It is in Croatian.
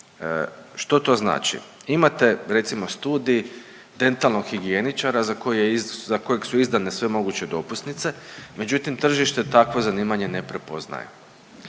Što to znači? Imate recimo Studij dentalnog higijeničara za koji je, za kojeg su izdane sve moguće dopusnice, međutim tržište takvo zanimanje ne prepoznaje.